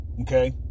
Okay